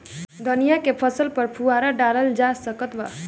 धनिया के फसल पर फुहारा डाला जा सकत बा?